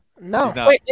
No